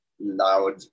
loud